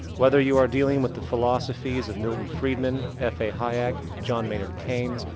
whether you are dealing with the philosophies of milton friedman, f a. hyack, john maynard keynes,